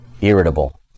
irritable